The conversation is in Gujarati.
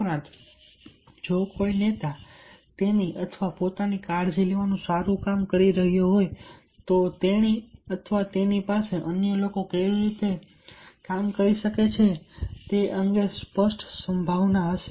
ઉપરાંત જો કોઈ નેતા તેની અથવા પોતાની કાળજી લેવાનું સારું કામ કરી રહ્યો હોય તો તેણી અથવા તેની પાસે અન્ય લોકો કેવી રીતે કરી શકે તે અંગે સ્પષ્ટ સંભાવના હશે